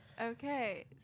Okay